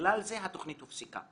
בגלל זה התוכנית הופסקה.